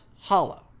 hollow